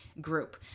group